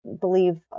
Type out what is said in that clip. believe